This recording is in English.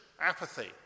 apathy